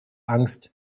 angst